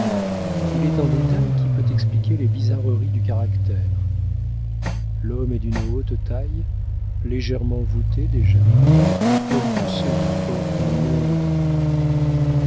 il est un détail qui peut expliquer les bizarreries du caractère l'homme est d'une haute taille légèrement voûté déjà comme tous ceux qui portent un monde d'idées